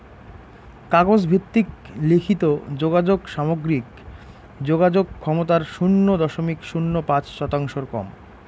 কাগজ ভিত্তিক লিখিত যোগাযোগ সামগ্রিক যোগাযোগ ক্ষমতার শুন্য দশমিক শূন্য পাঁচ শতাংশর কম